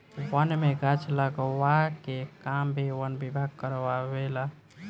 वन में गाछ लगावे के काम भी वन विभाग कारवावे ला